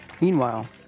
Meanwhile